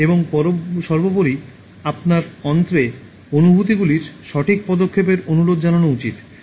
এবং সর্বোপরি আপনার অন্ত্রে অনুভূতিগুলির সঠিক পদক্ষেপের অনুরোধ জানানো উচিৎ